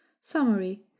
Summary